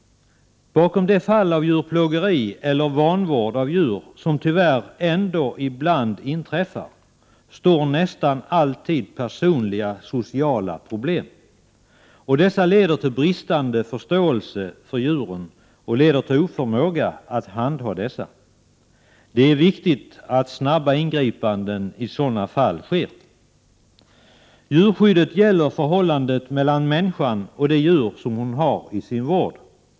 Bakom de fall av djurplågeri eller vanvård av djur som tyvärr ibland är ett faktum finns det nästan alltid personliga sociala problem. De här problemen leder till bristande förståelse för djuren och oförmåga att handha dessa. Det är viktigt att snabba ingripanden sker i dessa fall. Djurskyddet gäller förhållandet mellan människan och de djur som hon har i sin vård.